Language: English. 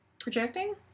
Projecting